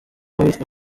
uwitwa